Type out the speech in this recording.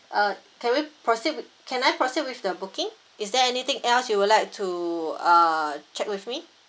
uh can we proceed with can I proceed with the booking is there anything else you'd like to uh check with me